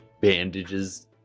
bandages